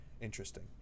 interesting